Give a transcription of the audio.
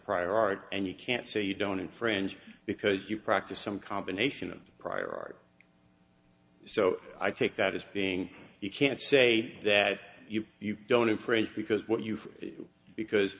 prior art and you can't say you don't infringe because you practice some combination of prior art so i take that as being you can't say that you don't infringe because what you feel because